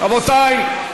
מי בעד?